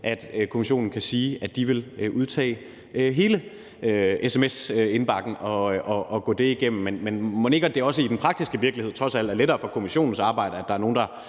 at kommissionen kan sige, at de vil udtage hele sms-indbakken og gå det igennem. Men måske det ikke også i den praktiske virkelighed trods alt er lettere for kommissionens arbejde, at der er nogen, som